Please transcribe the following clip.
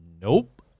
Nope